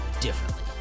differently